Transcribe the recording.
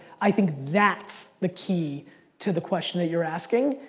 i think that's the key to the question that you're asking.